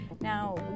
Now